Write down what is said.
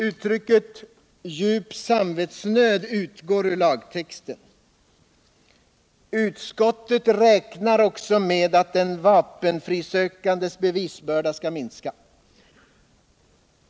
Uttrycket ”djup samvetsnöd” utgår ur lagtexten. Utskottet räknar också med att den vapenfrisökandes bevisbörda skall minska.